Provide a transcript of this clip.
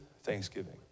thanksgiving